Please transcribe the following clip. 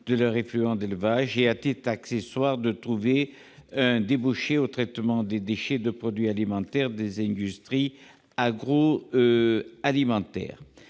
de leurs effluents d'élevage et, à titre accessoire, trouver un débouché au traitement des déchets de produits alimentaires des industries agroalimentaires.